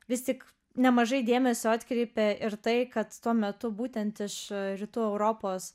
vis tik nemažai dėmesio atkreipė ir tai kad tuo metu būtent iš rytų europos